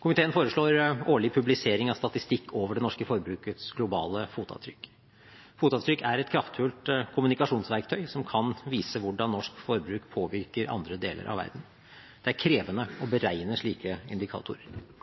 Komiteen foreslår årlig publisering av statistikk over det norske forbrukets globale fotavtrykk. Fotavtrykk er et kraftfullt kommunikasjonsverktøy som kan vise hvordan norsk forbruk påvirker andre deler av verden. Det er krevende å